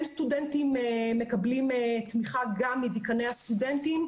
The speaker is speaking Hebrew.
כן סטודנטים מקבלים תמיכה גם מדיקני הסטודנטים,